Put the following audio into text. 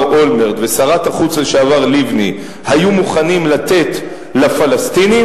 אולמרט ושרת החינוך לשעבר לבני היו מוכנים לתת לפלסטינים,